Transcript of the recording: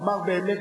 אמר: באמת,